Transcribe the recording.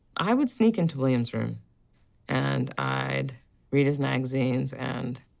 i would sneak into william's room and i'd read his magazines, and.